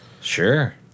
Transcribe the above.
Sure